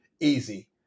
easy